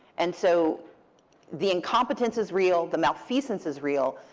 and so the incompetence is real. the malfeasance is real.